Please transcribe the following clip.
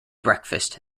breakfast